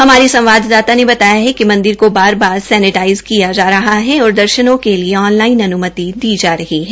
हमार संवाददाता ने बताया कि मंदिर को बार बार सैनेटाइज किया जा रहा है और दर्शनों के लिए ऑन लाइन अन्मति दी जा रही है